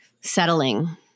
settling